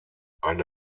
eine